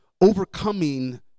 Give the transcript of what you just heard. overcoming